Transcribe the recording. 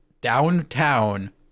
downtown